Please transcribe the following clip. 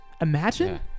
Imagine